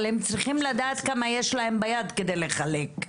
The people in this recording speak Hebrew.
אבל הם צריכים לדעת כמה יש להם ביד כדי לחלק.